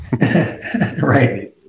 Right